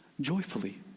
joyfully